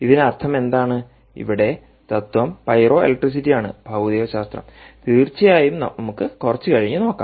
ഇതിനർത്ഥം എന്താണ് ഇവിടെ തത്ത്വം പൈറോഇലക്ട്രിസിറ്റി ആണ് ഭൌതികശാസ്ത്രം തീർച്ചയായും നമുക്ക് കുറച്ച് കഴിഞ്ഞ് നോക്കാം